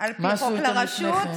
על פי חוק לרשות, מה עשו איתם לפני כן?